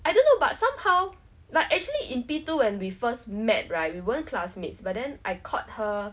I don't know but somehow like actually in P_two when we first met right we weren't classmates but then I caught her